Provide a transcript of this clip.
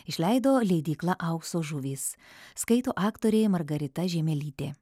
išleido leidykla aukso žuvys skaito aktorė margarita žiemelytė